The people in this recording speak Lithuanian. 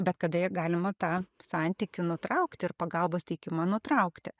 bet kada jei galima tą santykį nutraukti ir pagalbos teikimą nutraukti